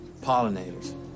pollinators